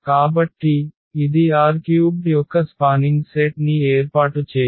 కాబట్టి ఇది R³ యొక్క స్పానింగ్ సెట్ ని ఏర్పాటు చేయదు